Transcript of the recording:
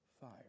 fire